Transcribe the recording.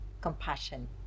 compassion